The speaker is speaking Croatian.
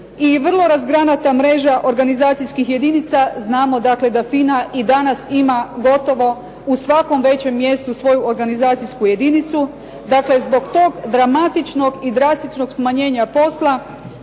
i vrlo razgranata mreža organizacijskih jedinica. Znamo da FINA i danas ima gotovo u svakom većem mjestu svoju organizacijsku jedinicu. Dakle, zbog tog dramatičnog i drastičnog smanjenja posla,